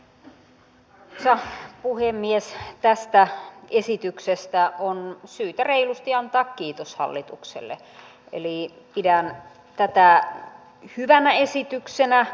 tästä esityksestä on syytä reilusti antaa kiitos hallitukselle eli pidän tätä hyvänä esityksenä